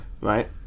right